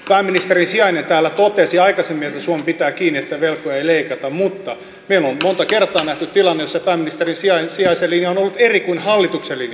pääministerin sijainen täällä totesi aikaisemmin että suomi pitää kiinni siitä että velkoja ei leikata mutta meillä on monta kertaa nähty tilanne jossa pääministerin sijaisen linja on ollut eri kuin hallituksen linja